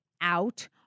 out